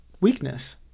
weakness